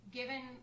given